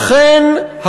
אכן,